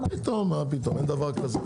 אין דבר כזה.